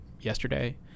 yesterday